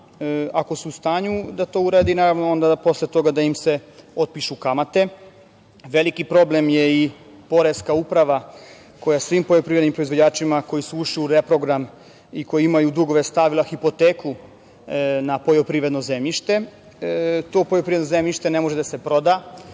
ako su u stanju da to urade. Naravno, posle toga da im se otpišu kamate. Veliki problem je i Poreska uprava koja je svim poljoprivrednim proizvođačima koji su ušli u reprogram i koji imaju dugove stavila hipoteku na poljoprivredno zemljište. To poljoprivredno zemljište ne može da se proda,